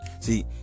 See